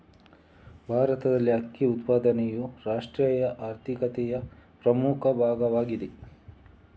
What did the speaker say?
ಭಾರತದಲ್ಲಿ ಅಕ್ಕಿ ಉತ್ಪಾದನೆಯು ರಾಷ್ಟ್ರೀಯ ಆರ್ಥಿಕತೆಯ ಪ್ರಮುಖ ಭಾಗವಾಗಿದೆ